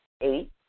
Eight